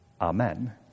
Amen